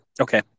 okay